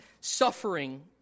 suffering